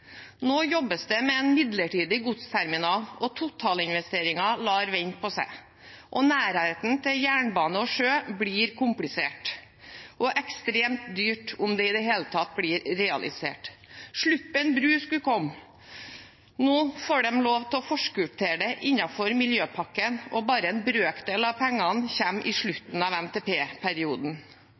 Nå jobbes det med en midlertidig godsterminal, og totalinvesteringen lar vente på seg. Nærheten til jernbane og sjø blir komplisert og ekstremt dyrt – om det i det hele tatt blir realisert. Sluppen bro skulle komme. Nå får de lov til å forskuttere det innenfor miljøpakken, og bare en brøkdel av pengene kommer i slutten av